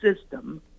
system